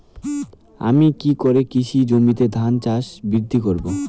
আমি কী করে কৃষি জমিতে ধান গাছ বৃদ্ধি করব?